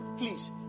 please